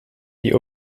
die